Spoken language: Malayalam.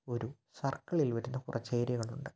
ഒരു സര്ക്കിളില് വരുന്ന കുറച്ചു ഏരിയകൾ ഉണ്ട്